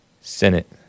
Senate